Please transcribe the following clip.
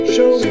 Show